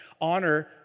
Honor